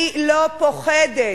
אני לא פוחדת.